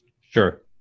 Sure